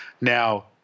now